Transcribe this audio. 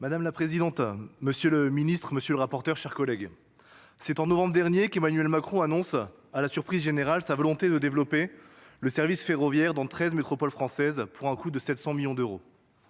madame la présidente monsieur le ministre monsieur le rapporteur chers collègues c'est en novembre dernier qu'emmanuel à la surprise générale sa volonté de développer le service ferroviaire dans treize métropoles françaises pour un coût de sept cents millions d'euros